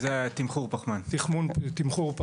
זה נכון שיש עיכובים חלק מהמקרים בשטח,